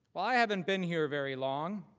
i haven't been here very long,